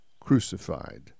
crucified